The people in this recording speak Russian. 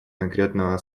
конкретного